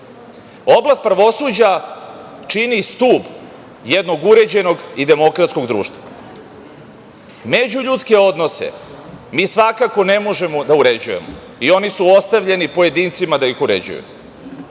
organa. Oblast pravosuđa čini stub jednog uređenog i demokratskog društva. Međuljudske odnose mi svakako ne možemo da uređujemo i oni su ostavljeni pojedincima da ih uređuju.